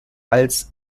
als